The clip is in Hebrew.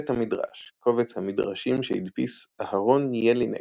בית המדרש - קובץ המדרשים שהדפיס אהרן ילינק,